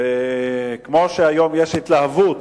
שכמו שהיום יש התלהבות